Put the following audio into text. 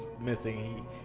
missing